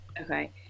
Okay